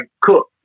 cook